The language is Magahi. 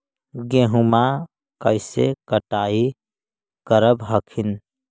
गेहुमा कैसे कटाई करब हखिन?